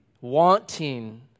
wanting